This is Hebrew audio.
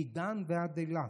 מדן ועד אילת,